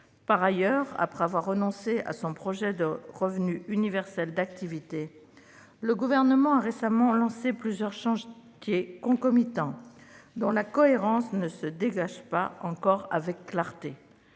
Par ailleurs, après avoir renoncé à son projet de revenu universel d'activité, le Gouvernement a récemment lancé plusieurs chantiers concomitants dont la cohérence ne se dégage pas encore avec clarté,